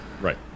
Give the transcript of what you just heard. right